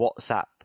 WhatsApp